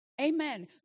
Amen